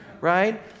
right